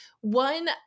one